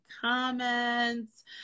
comments